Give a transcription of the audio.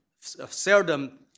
seldom